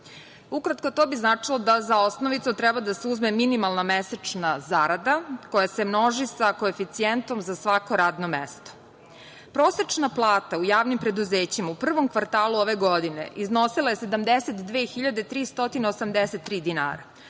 to bi značilo da za osnovicu treba da se uzme minimalna mesečna zarada koja se množi sa koeficijentom za svako radno mesto. Prosečna plata u javnim preduzećima u prvom kvartalu ove godine iznosila je 72.383 dinara,